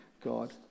God